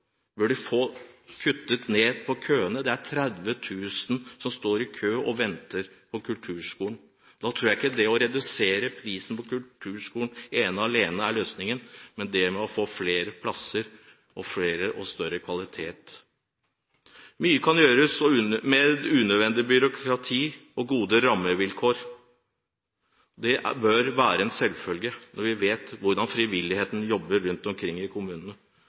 som står i kø og venter på en plass i kulturskolen. Jeg tror ikke det å redusere prisen for en plass i kulturskolen ene og alene er løsningen, men det er viktig å få flere plasser og bedre kvalitet. Mye kan gjøres med unødvendig byråkrati, og gode rammevilkår bør være en selvfølge når vi vet hvordan frivilligheten jobber rundt omkring i kommunene.